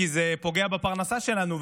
כי זה פוגע בפרנסה שלנו,